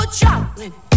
chocolate